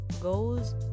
goals